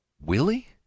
Willie